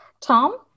Tom